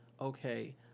okay